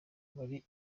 muri